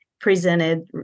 presented